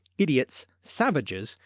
idiots, savages,